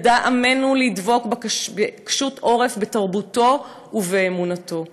ידע עמנו לדבוק בקשות-עורף בתרבותו ובאמונתו.